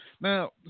now